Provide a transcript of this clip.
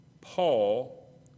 Paul